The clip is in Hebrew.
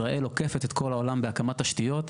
ישראל עוקפת את כול העולם בהקמת תשתיות.